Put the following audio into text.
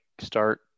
start